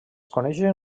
coneixen